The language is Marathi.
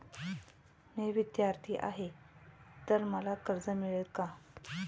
मी विद्यार्थी आहे तर मला कर्ज मिळेल का?